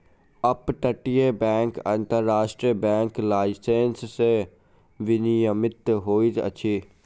up तटीय bank अन्तर्राष्ट्रीय bank licence सॅ विनियमित होइत अछि